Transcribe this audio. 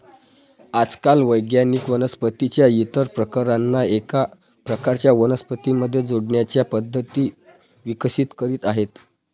आजकाल वैज्ञानिक वनस्पतीं च्या इतर प्रकारांना एका प्रकारच्या वनस्पतीं मध्ये जोडण्याच्या पद्धती विकसित करीत आहेत